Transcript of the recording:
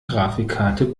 grafikkarte